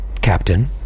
Captain